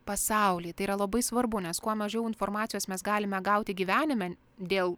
pasaulį tai yra labai svarbu nes kuo mažiau informacijos mes galime gauti gyvenime dėl